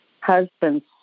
husband's